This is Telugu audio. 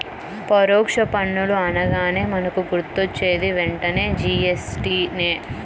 పరోక్ష పన్నులు అనగానే మనకు గుర్తొచ్చేది వెంటనే జీ.ఎస్.టి నే